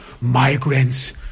migrants